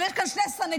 אבל יש כאן שני סנגורים,